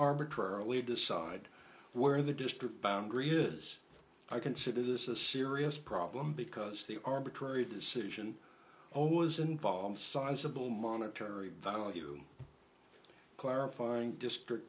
arbitrarily decide where the district boundary is i consider this a serious problem because the arbitrary decision all was involved sizable monetary value clarifying district